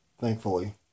Thankfully